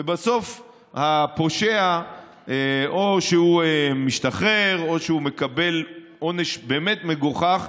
ובסוף הפושע משתחרר או שהוא מקבל עונש באמת מגוחך,